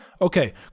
Okay